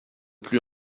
plus